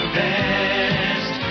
best